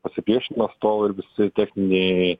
pasipriešinimas tol ir visi techniniai